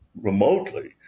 remotely